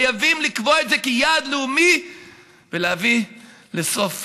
חייבים לקבוע את זה כיעד לאומי ולהביא לסוף